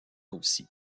aussi